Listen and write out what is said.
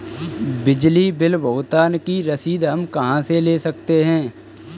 बिजली बिल भुगतान की रसीद हम कहां से ले सकते हैं?